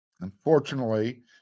unfortunately